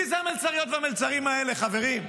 מי זה המלצריות והמלצרים האלה, חברים?